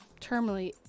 terminally